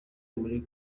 muri